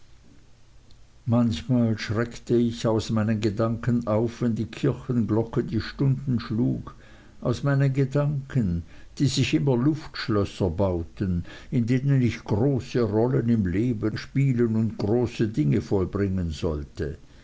manchmal schreckte ich aus meinen gedanken auf wenn die kirchenglocke die stunden schlug aus meinen gedanken die sich immer luftschlösser bauten in denen ich große rollen im leben spielen und große dinge vollbringen wollte